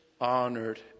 honored